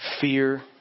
fear